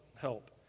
help